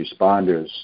responders